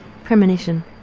premonition.